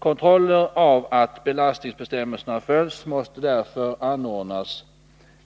— Kontroller av att belastningsbestämmelserna följs måste därför anordnas